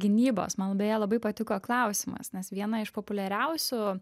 gynybos man beje labai patiko klausimas nes viena iš populiariausių